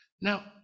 Now